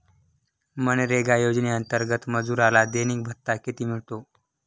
मनरेगा योजनेअंतर्गत मजुराला दैनिक भत्ता किती मिळतो?